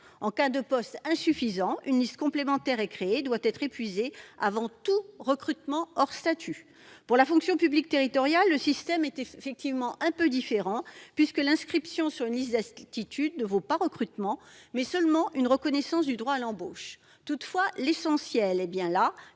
en cas de postes insuffisants, une liste complémentaire est créée et elle doit être épuisée avant tout recrutement hors statut. Pour la fonction publique territoriale, le système est effectivement un peu différent, puisque l'inscription sur une liste d'aptitude vaut non pas recrutement, mais seulement reconnaissance du droit à l'embauche. Toutefois, l'essentiel est bien là